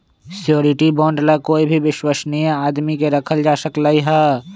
surety bond ला कोई भी विश्वस्नीय आदमी के रखल जा सकलई ह